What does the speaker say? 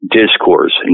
discourse